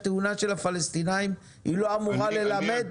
כלומר, התאונה של הפלסטינאים היא לא אמורה ללמד